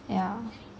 yeah